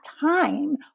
time